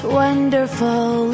wonderful